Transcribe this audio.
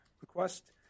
request